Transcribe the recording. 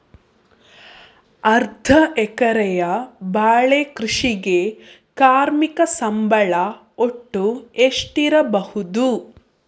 ಅರ್ಧ ಎಕರೆಯ ಬಾಳೆ ಕೃಷಿಗೆ ಕಾರ್ಮಿಕ ಸಂಬಳ ಒಟ್ಟು ಎಷ್ಟಿರಬಹುದು?